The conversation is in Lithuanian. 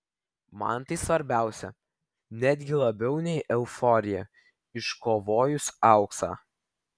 man tai svarbiausia netgi labiau nei euforija iškovojus auksą